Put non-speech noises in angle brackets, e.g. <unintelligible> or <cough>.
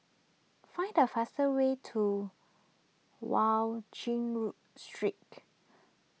find the fastest way to <unintelligible> Road Street